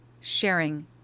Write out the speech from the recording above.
sharing